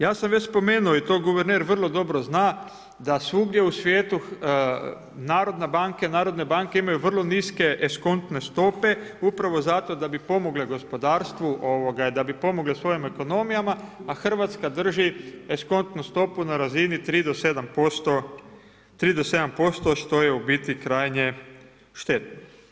Ja sam već spomenuo i to guverner vrlo dobro zna, da svugdje u svijetu Narodne banke imaju vrlo niske eskontne stope upravo zato da bi pomogle gospodarstvu, da bi pomogle svojim ekonomijama a Hrvatska drži eskontnu stopu na razini 3 do 7% što je u biti krajnje štetno.